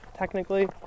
technically